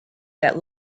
that